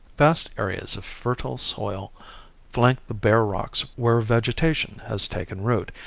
vast areas of fertile soil flank the bare rocks where vegetation has taken root,